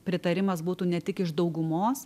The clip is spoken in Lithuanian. pritarimas būtų ne tik iš daugumos